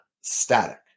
static